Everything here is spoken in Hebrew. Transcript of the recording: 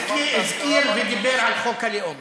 הזכיר, ודיבר על חוק הלאום